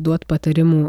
duot patarimų